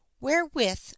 wherewith